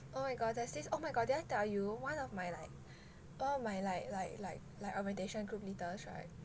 oh my god there's this oh my god did I tell you one of my like one of my like like like like orientation group leaders [right]